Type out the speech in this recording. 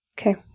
Okay